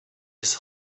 his